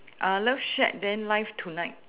uh love shack then live tonight